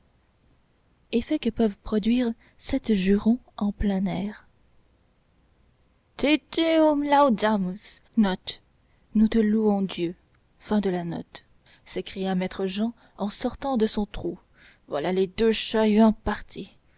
effet que peuvent produire sept jurons en plein air te deum laudamus s'écria maître jehan en sortant de son trou voilà les deux chats-huants partis